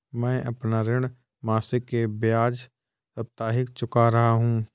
मैं अपना ऋण मासिक के बजाय साप्ताहिक चुका रहा हूँ